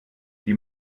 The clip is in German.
die